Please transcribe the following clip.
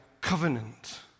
covenant